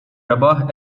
rebaħ